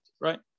right